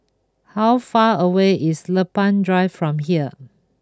how far away is Lempeng Drive from here